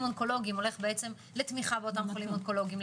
אונקולוגיים הולך לתמיכה באותם חולים אונקולוגיים,